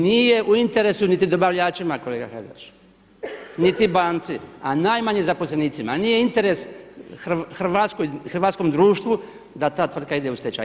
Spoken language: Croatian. Nije u interesu niti dobavljačima kolega Hajdaš, niti banci, a najmanje zaposlenicima, nije interes hrvatskom društvu da ta tvrtka ide u stečaj.